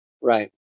Right